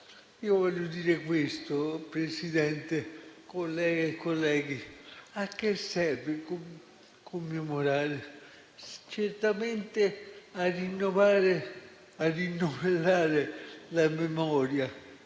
Voglio dire questo, Presidente, colleghe e colleghi: a che serve commemorare? Serve certamente a rinnovellare la memoria